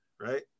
right